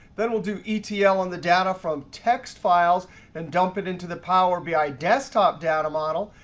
then we'll do etl in the data from text files and dump it into the power bi desktop data model.